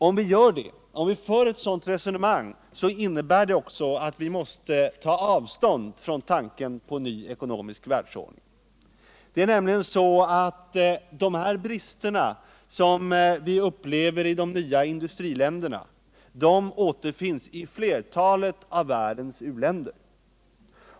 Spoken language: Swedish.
Om vi får ett sådant resonemang innebär det också att vi måste ta avstånd från tanken på en ny ekonomisk världsordning. Det är nämligen så, att de här bristerna, som vi upplever i de nya industriländerna, återfinns i flertalet av världens uländer.